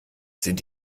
sind